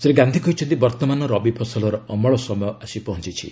ଶ୍ରୀ ଗାନ୍ଧି କହିଛନ୍ତି ବର୍ତ୍ତମାନ ରବି ଫସଲର ଅମଳ ସମୟ ଆସି ପହଞ୍ଚିଛି